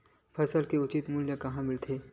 फसल के उचित मूल्य कहां मिलथे?